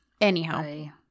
anyhow